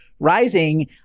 rising